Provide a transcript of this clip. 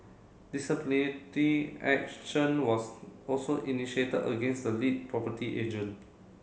action was also initiated against the lead property agent